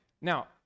Now